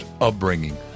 upbringing